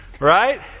Right